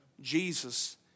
Jesus